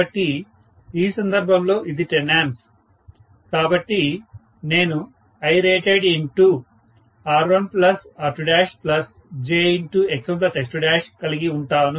కాబట్టి ఈ సందర్భంలో ఇది 10 A కాబట్టి నేను IratedR1R2jX1X2 కలిగి ఉంటాను